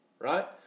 Right